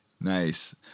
Nice